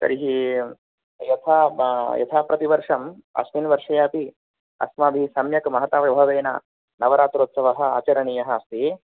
तर्हि यथा बा यथा प्रतिवर्षम् अस्मिन् वर्षे अपि अस्माभिः सम्यक् महता वैभवेन नवरात्रोत्सवः आचरणीयः अस्ति